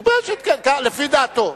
לפי דעתו.